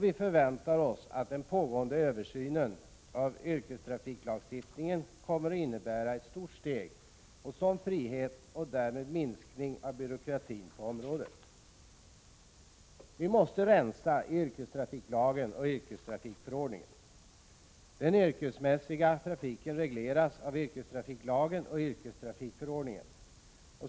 Vi förväntar oss att den pågående översynen av yrkestrafiken kommer att innebära ett stort steg mot sådan frihet och därmed minskning av byråkratin på området. Vi måste rensa i yrkestrafiklagen och yrkestrafikförordningen, som reglerar den yrkesmässiga trafiken.